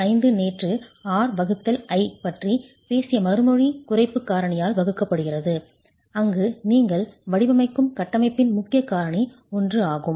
5 நேற்று RI பற்றி பேசிய மறுமொழி குறைப்பு காரணியால் வகுக்கப்படுகிறது அங்கு நீங்கள் வடிவமைக்கும் கட்டமைப்பின் முக்கிய காரணி I ஆகும்